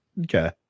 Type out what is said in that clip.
Okay